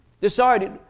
decided